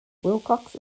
wilcox